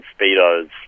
speedos